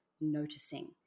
noticing